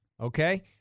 Okay